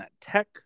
Tech